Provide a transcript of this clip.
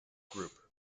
group